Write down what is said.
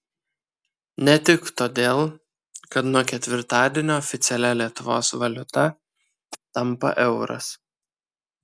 ne tik todėl kad nuo ketvirtadienio oficialia lietuvos valiuta tampa euras